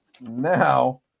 now